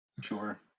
Sure